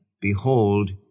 Behold